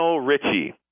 Richie